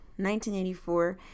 1984